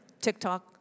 TikTok